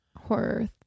horror